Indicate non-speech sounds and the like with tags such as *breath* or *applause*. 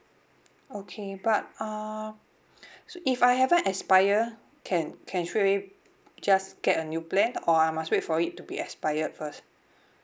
okay but uh *breath* so if I haven't expire can can straight away just get a new plan or I must wait for it to be expired first